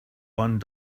one